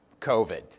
COVID